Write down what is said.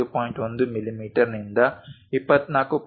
1 ಮಿಮೀ ನಿಂದ 24